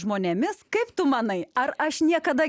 žmonėmis kaip tu manai ar aš niekada